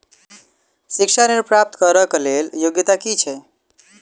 शिक्षा ऋण प्राप्त करऽ कऽ लेल योग्यता की छई?